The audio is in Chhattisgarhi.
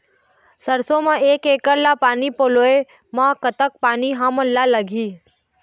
सरसों म एक एकड़ ला पानी पलोए म कतक पानी हमन ला लगही?